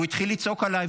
והוא התחיל לצעוק עליי.